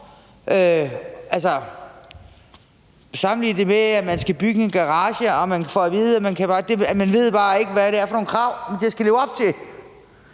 Sammenlign det med, at man skal bygge en garage og man ikke ved, hvad det er for nogle krav, det skal leve op til.